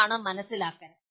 അതാണ് മനസ്സിലാക്കൽ